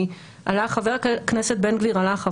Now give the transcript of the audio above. חבר הכנסת בן גביר הלך,